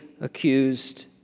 accused